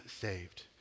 saved